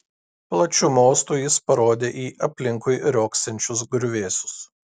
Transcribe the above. plačiu mostu jis parodė į aplinkui riogsančius griuvėsius